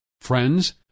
friends